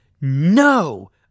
no